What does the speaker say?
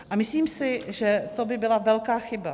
A myslím si, že to by byla velká chyba.